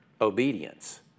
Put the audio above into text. obedience